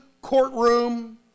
courtroom